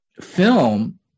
film